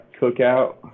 Cookout